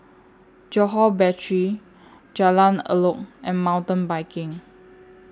Johore Battery Jalan Elok and Mountain Biking